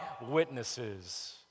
witnesses